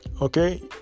Okay